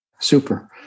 Super